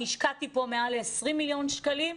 אני השקעתי פה מעל ל-20 מיליון שקלים,